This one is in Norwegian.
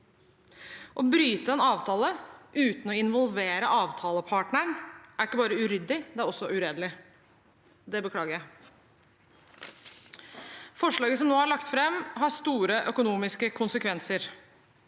Å bryte en avtale uten å involvere avtalepartneren er ikke bare uryddig, det er også uredelig. Det beklager jeg. Forslaget som nå er lagt fram, har store økonomiske konsekvenser,